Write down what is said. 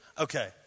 Okay